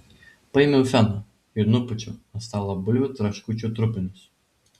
paėmiau feną ir nupūčiau nuo stalo bulvių traškučių trupinius